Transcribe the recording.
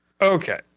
Okay